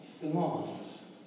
belongs